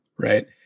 Right